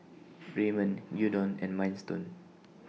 Ramen Gyudon and Minestrone